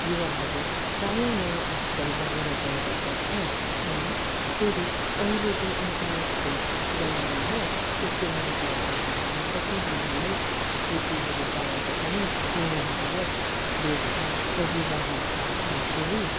युवाहरू प्राय नै आजकल बाहिर गएर पढ्छ अनि फेरि अहिले चाहिँ इन्टरनेटको जमाना हो सोसियल मिडियाद्वारा पनि कतिजनाले केटीहरू पाएर पनि तिनीहरूलाई भेट्छ र विवाह हुन्छ अनि फेरि